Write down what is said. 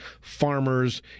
Farmers